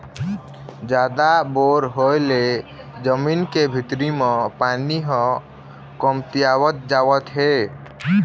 जादा बोर होय ले जमीन के भीतरी म पानी ह कमतियावत जावत हे